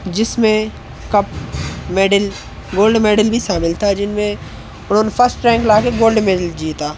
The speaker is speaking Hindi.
जिसमें कप मेडल गोल्ड मेडल भी शामिल था जिनमें उन्होंने फर्स्ट रैंक ला कर गोल्ड मेडल जीता